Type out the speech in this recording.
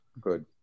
good